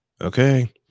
Okay